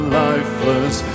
lifeless